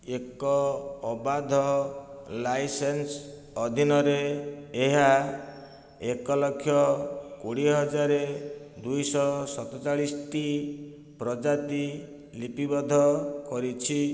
ଏକ ଅବାଧ ଲାଇସେନ୍ସ ଅଧୀନରେ ଏହା ଏକ ଲକ୍ଷ କୋଡ଼ିଏ ହଜାରେ ଦୁଇଶହ ସତଚାଳିଶଟି ପ୍ରଜାତି ଲିପିବଦ୍ଧ କରିଛି